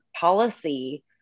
policy